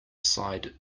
side